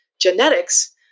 genetics